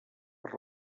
per